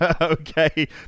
Okay